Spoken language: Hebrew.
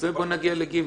אז בואו נגיע ל-(ג).